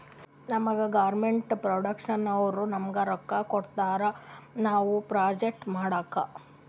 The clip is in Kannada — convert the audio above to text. ನಮುಗಾ ಗೌರ್ಮೇಂಟ್ ಫೌಂಡೇಶನ್ನವ್ರು ನಮ್ಗ್ ರೊಕ್ಕಾ ಕೊಡ್ತಾರ ನಾವ್ ಪ್ರೊಜೆಕ್ಟ್ ಮಾಡ್ಲಕ್